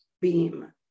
beam